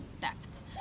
depth